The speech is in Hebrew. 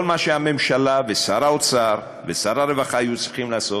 כל מה שהממשלה ושר האוצר ושר הרווחה היו צריכים לעשות